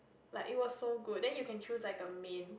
like it was so good then you can choose like a main